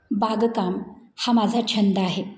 बागकाम हा माझा छंद आहे